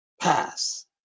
pass